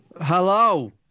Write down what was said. Hello